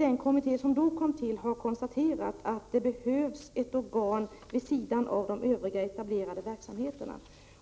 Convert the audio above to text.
Den kommitté som tillsattes då har konstaterat att det behövs ett organ vid sidan av de övriga etablerade verksamheterna.